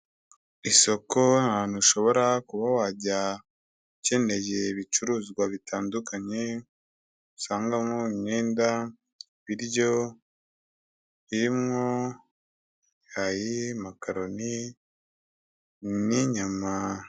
Isoko ahantu ushobora kuba wajya ukeneye ibicuruzwa bitandukanye, usangamo imyenda, ibiryo birimo ibirayi, amakaroni n'inyama.